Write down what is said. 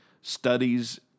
Studies